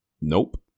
Nope